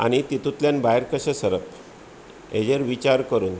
आनी तितुल्यान भायर कशे सरप हेजेर विचार करुन